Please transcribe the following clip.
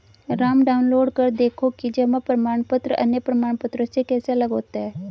Ram download कर देखो कि जमा प्रमाण पत्र अन्य प्रमाण पत्रों से कैसे अलग होता है?